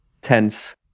tense